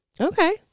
Okay